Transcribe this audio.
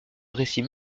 récits